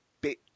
bit